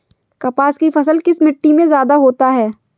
कपास की फसल किस मिट्टी में ज्यादा होता है?